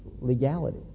legality